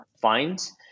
finds